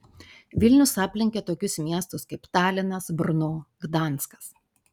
vilnius aplenkė tokius miestus kaip talinas brno gdanskas